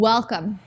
Welcome